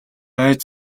айж